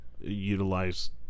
utilize